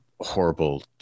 horrible